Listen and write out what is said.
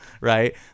right